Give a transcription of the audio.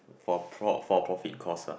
for pro~ for profit cost lah